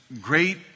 great